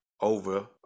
over